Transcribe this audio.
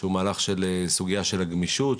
שהוא מהלך של סוגייה של הגמישות,